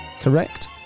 correct